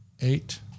eight